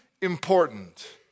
important